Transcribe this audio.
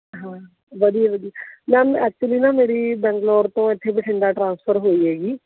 ਹਾਂ ਵਧੀਆ ਵਧੀਆ ਮੈਮ ਐਕਚੁਲੀ ਨਾ ਮੇਰੀ ਬੰਗਲੌਰ ਤੋਂ ਇੱਥੇ ਬਠਿੰਡਾ ਟਰਾਂਸਫਰ ਹੋਈ ਹੈਗੀ